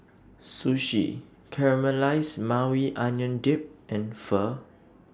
Sushi Caramelized Maui Onion Dip and Pho